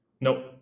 Nope